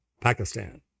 Pakistan